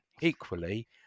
equally